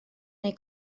neu